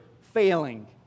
failing